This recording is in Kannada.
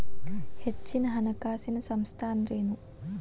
ಹೆಚ್ಚಿನ ಹಣಕಾಸಿನ ಸಂಸ್ಥಾ ಅಂದ್ರೇನು?